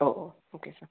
ഓ ഓ okay sir